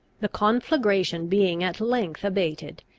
the conflagration being at length abated,